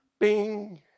Bing